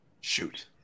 Shoot